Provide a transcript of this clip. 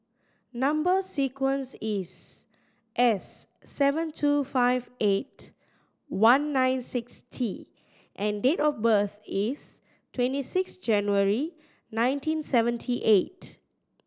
number sequence is S seven two five eight one nine six T and date of birth is twenty six January nineteen seventy eight